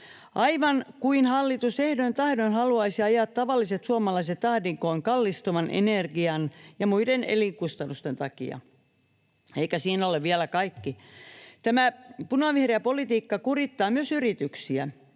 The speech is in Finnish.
Aivan kuin hallitus ehdoin tahdoin haluaisi ajaa tavalliset suomalaiset ahdinkoon kallistuvan energian ja muiden elinkustannusten takia. Eikä siinä ole vielä kaikki. Tämä punavihreä politiikka kurittaa myös yrityksiä.